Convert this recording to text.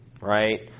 right